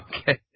okay